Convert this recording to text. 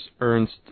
Ernst